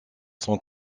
son